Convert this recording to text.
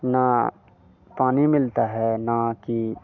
न पानी मिलता है न कि